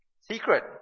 secret